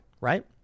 right